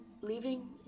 leaving